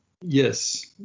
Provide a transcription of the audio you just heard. yes